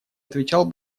отвечал